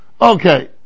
Okay